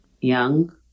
young